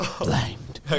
blamed